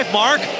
mark